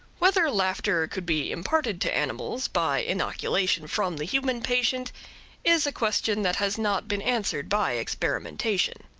whether laughter could be imparted to animals by inoculation from the human patient is a question that has not been answered by experimentation.